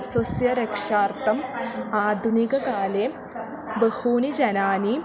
स्वस्य रक्षार्थम् आधुनिककाले बहूनि जनानि